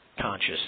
conscious